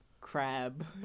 Crab